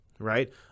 Right